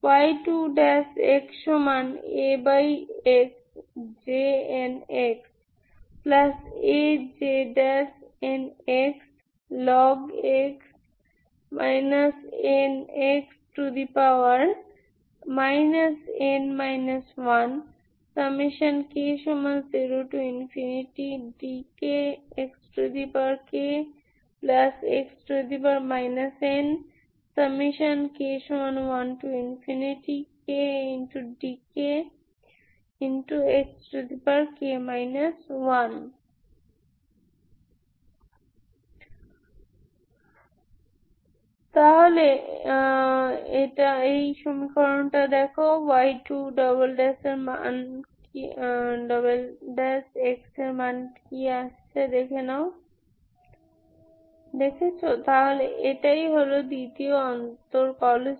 y2x AxJnxAJnxlog x nx n 1k0dkxkx nk1kdkxk 1 y2x Ax2Jnx2AxJnxx nn1x n 2k0dkxk nx n 1k1kdkxk 1 nx n 1k1kdkxk 1x nk2kdkxk 2 তাহলে এই হল দ্বিতীয় অন্তরকলজ